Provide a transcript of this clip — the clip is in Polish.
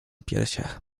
piersiach